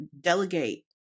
delegate